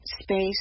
space